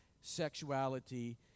sexuality